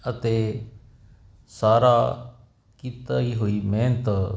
ਅਤੇ ਸਾਰਾ ਕੀਤਾ ਹੀ ਹੋਈ ਮਿਹਨਤ